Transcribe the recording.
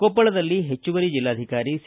ಕೊಪ್ಪಳದಲ್ಲಿ ಹೆಚ್ಚುವರಿ ಜಲ್ಲಾಧಿಕಾರಿ ಸಿ